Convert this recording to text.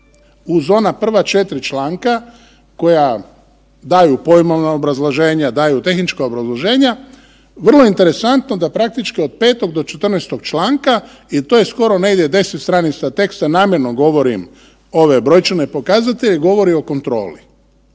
Uz ona prva 4 članka koja daju pojmovno obrazloženje, daju tehnička obrazloženja, vrlo interesantno da praktički od 5. do 14. članka i to je skoro negdje 10 stranica teksta, namjerno govorim ove brojčane pokazatelje, govori o kontroli.